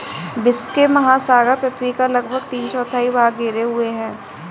विश्व के महासागर पृथ्वी का लगभग तीन चौथाई भाग घेरे हुए हैं